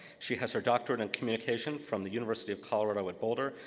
she has her doctorate in communication from the university of colorado at boulder,